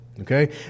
okay